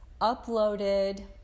uploaded